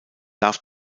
darf